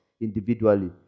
individually